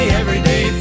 everyday